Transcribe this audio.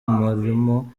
umurimo